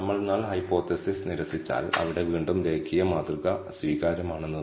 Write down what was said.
നമ്മൾ ഒരു മോഡലിന് അനുയോജ്യമാകുമ്പോൾ ചോദിക്കേണ്ട ഉപയോഗപ്രദമായ ചോദ്യങ്ങൾ എന്തൊക്കെയാണ്